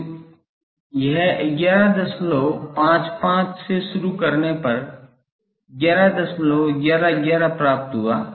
तो 1155 से शुरू करने पर 1111 प्राप्त हुआ